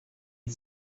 had